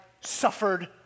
suffered